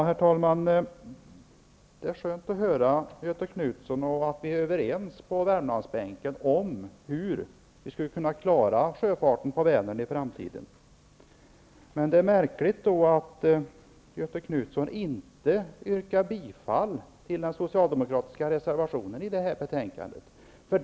Herr talman! Det är skönt att lyssna till Göthe Knutson och kunna konstatera att vi på Värmlandsbänken är överens om hur vi i framtiden skall kunna klara sjöfarten på Vänern. Det är emellertid märkligt att Göthe Knutson inte yrkar bifall till den socialdemokratiska reservationen i detta betänkande.